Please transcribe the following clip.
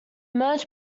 merged